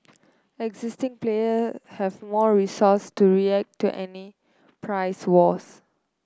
existing player have more resource to react to any price wars